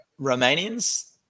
Romanians